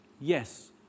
Yes